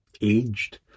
aged